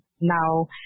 now